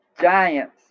giants